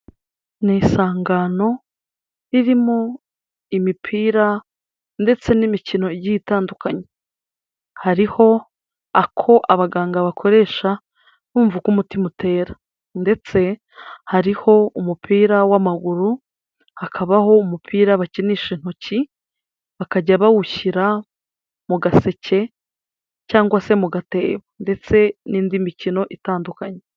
Ni isangano ririmo imipira ndetse n'imikino igiye itandukanye, hariho ako abaganga bakoresha bumva uko umutima utera ndetse hariho umupira w'amaguru, hakabaho umupira bakinisha intoki bakajya bawushyira mu gaseke cyangwa se mu gatebo ndetse n'indi mikino itandukanye.